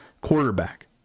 quarterback